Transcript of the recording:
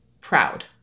proud